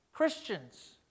Christians